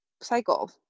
cycle